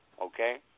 Okay